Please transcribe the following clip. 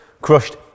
crushed